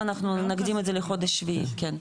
לא, אז עכשיו אנחנו נקדים את זה לחודש שביעי, כן.